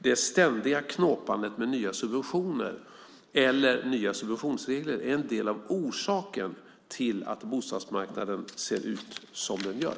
Det ständiga knåpandet med nya subventioner eller nya subventionsregler är en del av orsaken till att bostadsmarknaden ser ut som den gör.